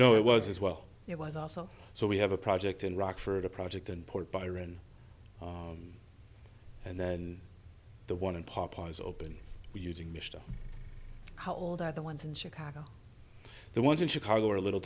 know it was as well it was also so we have a project in rockford a project in port byron and then the one in popeye's open using mr how old are the ones in chicago the ones in chicago are a little